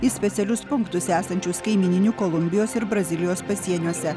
į specialius punktus esančius kaimyninių kolumbijos ir brazilijos pasieniuose